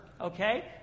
okay